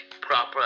proper